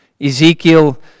Ezekiel